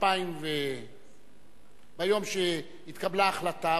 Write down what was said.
ביום שהתקבלה ההחלטה,